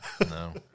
no